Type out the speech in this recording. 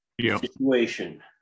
Situation